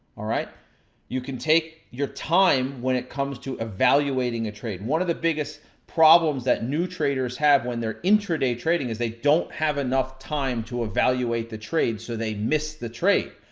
you can take your time when it comes to evaluating a trade. one of the biggest problems that new traders have when they're intraday trading is they don't have enough time to evaluate the trade, so, they miss the trade.